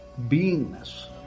beingness